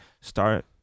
start